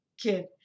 kid